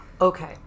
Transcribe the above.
Okay